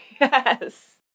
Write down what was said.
Yes